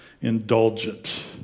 indulgent